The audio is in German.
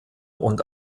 und